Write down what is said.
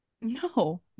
no